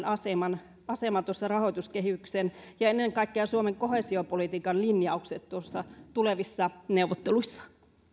aseman tuossa rahoituskehyksessä ja ennen kaikkea suomen koheesiopolitiikan linjaukset tulevissa neuvotteluissa